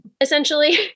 essentially